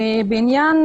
בעניין